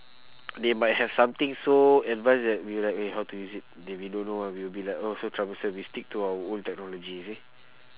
they might have something so advance that we like eh how to use it then we don't know ah we'll be like oh so troublesome we stick to our old technology you see